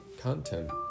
content